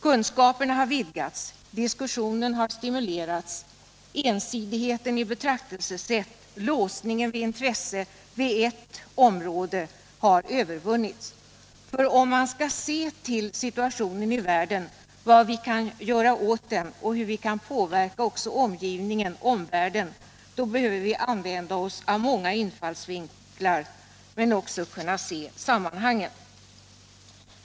Kunskaperna har vidgats, diskussionen har stimulerats, och ensidigheten i betraktelsesätt och låsningen av intressena vid ett område har övervunnits. Om vi vill se efter hur vi kan påverka situationen i vår omvärld behöver vi använda oss av många olika infallsvinklar, men vi måste också kunna se sammanhangen.